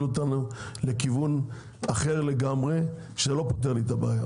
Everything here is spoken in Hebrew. אותנו לכיוון אחר לגמרי שלא פותר לי את הבעיה.